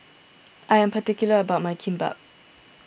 I am particular about my Kimbap